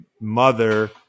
mother